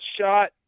shot